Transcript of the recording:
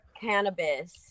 cannabis